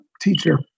teacher